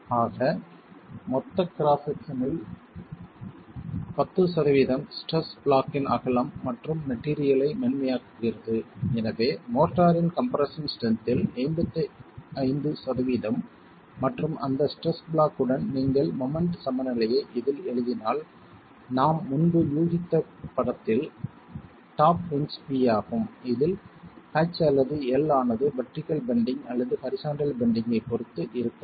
ஆக மொத்த கிராஸ் செக்சனில் 10 சதவிகிதம் ஸ்ட்ரெஸ் பிளாக்ன் அகலம் மற்றும் மெட்டீரியல் ஐ மென்மையாக்குகிறது எனவே மோர்டாரின் கம்ப்ரெஸ்ஸன் ஸ்ட்ரென்த் இல் 85 சதவிகிதம் மற்றும் அந்த ஸ்ட்ரெஸ் பிளாக் உடன் நீங்கள் மொமெண்ட் சமநிலையை இதில் எழுதினால் நாம் முன்பு ஊகித்த படத்தில் டாப் ஹின்ஜ் p ஆகும் இதில் h அல்லது L ஆனது வெர்டிகள் பெண்டிங் அல்லது ஹரிசாண்டல் பெண்டிங்கைப் பொறுத்து இருக்கலாம்